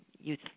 youth